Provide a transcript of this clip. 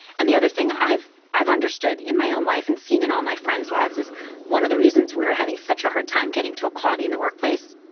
and the other thing i've i've understood in my own life and seen in all my friends' lives is one of the reasons we're having such a hard time getting to equality in the workplace,